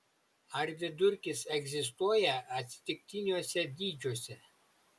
ar vidurkis egzistuoja atsitiktiniuose dydžiuose